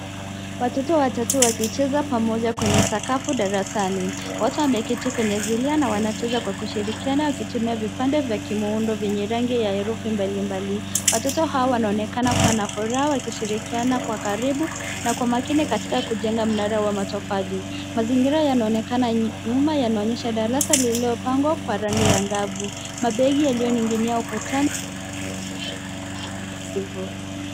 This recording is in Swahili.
Watoto watatu wakicheza pamoja kwenye sakafu darasani. Wote wameketi kwenye zulia na wanacheza kwa kushirikiana wakitumia vipande vya kimuundo vyenye rangi ya herufi mbalimbali . Watoto hawa wanaonekana kuwa na furaha wakishirikiana kwa karibu na kwa makini katika kujenga mnara wa matofali. Mazingira yanaonekana nyuma yanaonyesha darasa lililopangwa kwa rangi angavu. Mabegi yaliyoning'inia ukutani